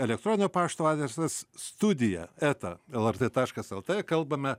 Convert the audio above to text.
elektroninio pašto adresas studija eta lrt taškas lt kalbame